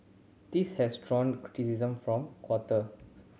this has drawn criticism from quarter